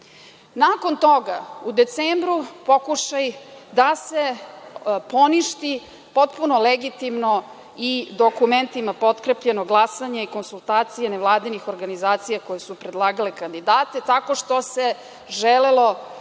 Nakon toga, u decembru pokušaji da se ponište potpuno legitimno i dokumentima potkrepljeno glasanje i konsultacije nevladinih organizacija koje su predlagale kandidate tako što se želelo